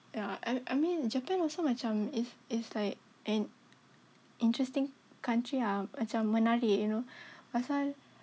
ya I I mean Japan also macam if it's like an interesting country ah macam menarik you know pasal